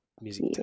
music